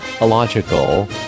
illogical